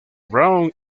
brown